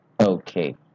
Okay